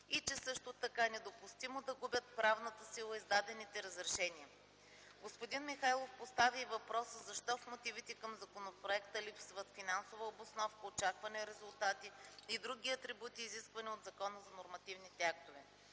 и че също така е недопустимо да губят правна сила издадените разрешения. Господин Михайлов постави и въпроса защо в мотивите към законопроекта липсват финансова обосновка, очаквани резултати и други атрибути, изисквани от Закона за нормативните актове.